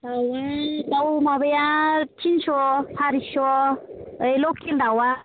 दाउआ दाउ माबाया थिनस' चारिस' ओइ लकेल दाउआ